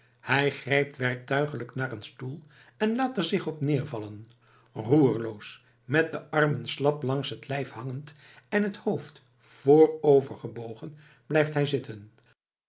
hij grijpt werktuiglijk naar een stoel en laat er zich op neervallen roerloos met de armen slap langs het lijf hangend en t hoofd voorovergebogen blijft hij zitten